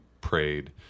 prayed